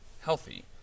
healthy